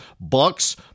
bucks